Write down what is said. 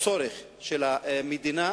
צורך של המדינה,